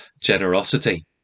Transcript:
generosity